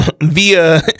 via